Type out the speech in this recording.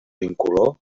incolor